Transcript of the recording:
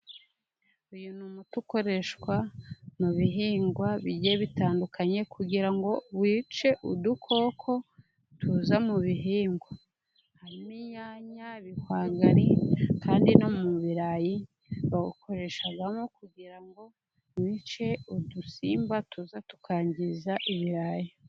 Uyu ni umuti ukoreshwa, mu bihingwa bigiye bitandukanye, kugira ngo wice udukoko tuza mu bihingwa, harimo inyanya ibihwagari kandi no mu birarayi bawukoreshamo, kugira ngo wice udusimba tuza tukangiza ibirayi.